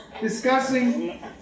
discussing